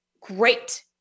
great